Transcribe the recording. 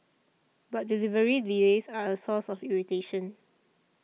but delivery delays are a source of irritation